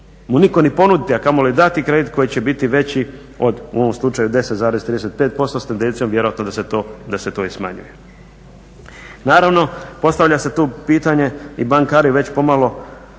mu nitko ni ponuditi a kamoli dati kredit koji će biti veći od u ovom slučaju 10,35% sa tendencijom vjerojatno da se to i smanjuje. Naravno postavlja se tu pitanje i bankari već pomalo